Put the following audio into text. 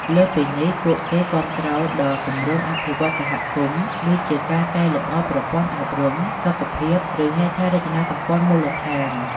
លើសពីនេះ ពួកគេគាំទ្រដល់គម្រោងអភិវឌ្ឍន៍សហគមន៍ ដូចជាការកែលម្អប្រព័ន្ធអប់រំ សុខភាព ឬហេដ្ឋារចនាសម្ព័ន្ធមូលដ្ឋាន។